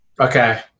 Okay